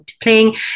playing